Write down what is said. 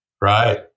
right